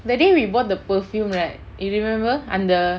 that day we bought the perfume right you remember err the